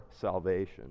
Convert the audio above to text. salvation